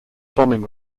bombing